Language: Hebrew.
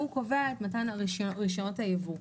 שהוא קובע את מתן רישיונות היבוא.